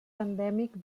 endèmic